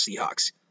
Seahawks